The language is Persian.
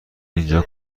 اینجا